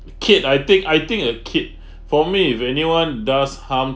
kid I think I think a kid for me if anyone does harm